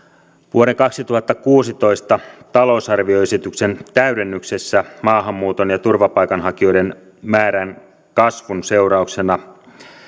vuoden kaksituhattakuusitoista talousarvioesityksen täydennyksessä maahanmuuton ja turvapaikanhakijoiden määrän kasvun seurauksena